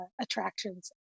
attractions